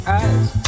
eyes